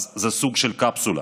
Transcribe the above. אז זה סוג של קפסולה.